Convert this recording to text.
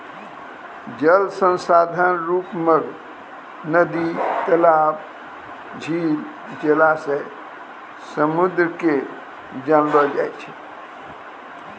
जल संसाधन रुप मग नदी, तलाब, झील, जलासय, समुन्द के जानलो जाय छै